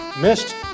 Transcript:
missed